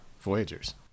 Voyagers